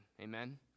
Amen